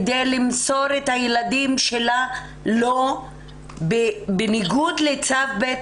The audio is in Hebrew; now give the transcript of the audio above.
כדי למסור את הילדים שלה בניגוד לצו בית